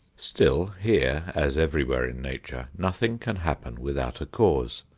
still here, as everywhere in nature, nothing can happen without a cause,